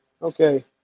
Okay